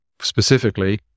specifically